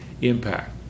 impact